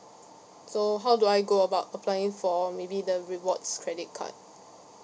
so how do I go about applying for maybe the rewards credit card